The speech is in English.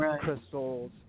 crystals